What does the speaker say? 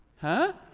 huh?